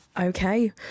Okay